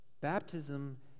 baptism